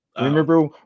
Remember